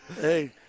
Hey